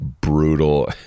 brutal